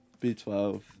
B12